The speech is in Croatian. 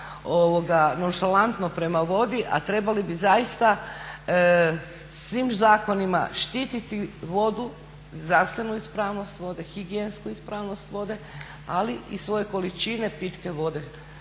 nonšalantno prema vodi a trebali bi zaista svim zakonima štititi vodu, zdravstvenu ispravnost vode, higijensku ispravnost vode ali i svoje količine pitke vode